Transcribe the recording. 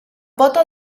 pota